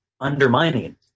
undermining